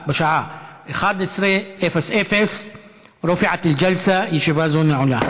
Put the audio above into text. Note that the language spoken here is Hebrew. בשעה 11:00. (אומר בערבית: ישיבה זו ננעלה.) ישיבה זו נעולה.